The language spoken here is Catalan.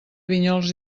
vinyols